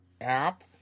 app